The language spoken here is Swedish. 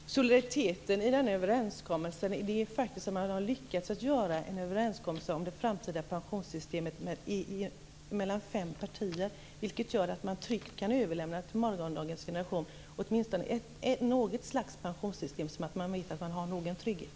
Fru talman! Solidariteten i denna överenskommelse är faktiskt att man mellan fem partier har lyckats träffa en överenskommelse om det framtida pensionssystemet. Det gör att det går att till morgondagens generation tryggt överlämna åtminstone något slags pensionssystem så att man vet att man har någon trygghet.